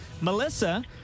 Melissa